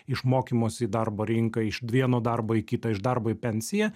iš mokymosi į darbo rinką iš vieno darbo į kitą iš darbo į pensiją